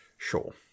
sure